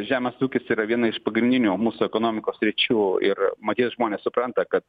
žemės ūkis yra viena iš pagrindinių mūsų ekonomikos sričių ir matyt žmonės supranta kad